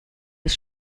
des